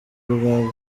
bwa